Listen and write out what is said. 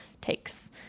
takes